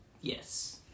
Yes